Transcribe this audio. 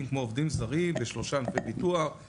כמו העובדים הזרים בשלושה --- ביטוח,